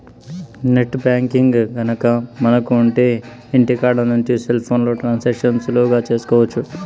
net banking గనక మనకు ఉంటె ఇంటికాడ నుంచి సెల్ ఫోన్లో ట్రాన్సాక్షన్స్ సులువుగా చేసుకోవచ్చు